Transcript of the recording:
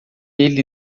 ele